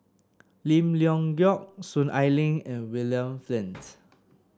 Lim Leong Geok Soon Ai Ling and William Flint